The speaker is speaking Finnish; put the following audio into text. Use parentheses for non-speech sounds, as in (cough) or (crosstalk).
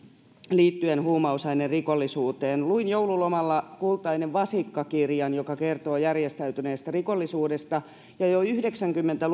liittyen huumausainerikollisuuteen luin joululomalla kultainen vasikka kirjan joka kertoo järjestäytyneestä rikollisuudesta jo yhdeksänkymmentä (unintelligible)